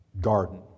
garden